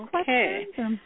okay